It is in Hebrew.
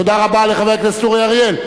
תודה רבה לחבר הכנסת אורי אריאל.